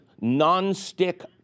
non-stick